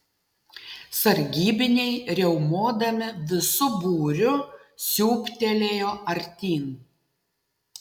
sargybiniai riaumodami visu būriu siūbtelėjo artyn